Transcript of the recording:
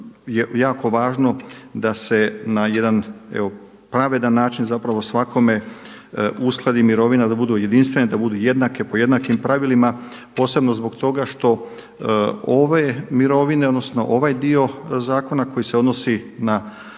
jako važno da se na jedan evo pravedan način zapravo svakome uskladi mirovina, da budu jedinstvene, da budu jednake po jednakim pravilima posebno zbog toga što ove mirovine, odnosno ovaj dio zakona koji se odnosi na hrvatske